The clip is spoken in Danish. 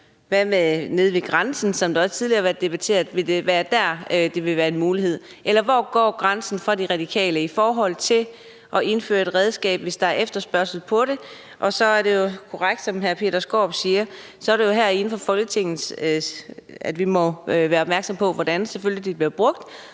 hvad med nede ved grænsen, som også tidligere har været debatteret? Vil det være der, det vil være en mulighed? Eller hvor går grænsen for De Radikale i forhold til at indføre et redskab, hvis der er efterspørgsel på det? Og så er det jo korrekt, som hr. Peter Skaarup siger, at det selvfølgelig er herinde fra Folketinget, at vi må være opmærksomme på, hvordan det bliver brugt,